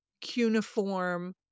cuneiform